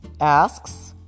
asks